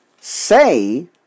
say